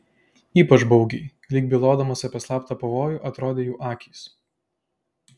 ypač baugiai lyg bylodamos apie slaptą pavojų atrodė jų akys